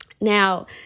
Now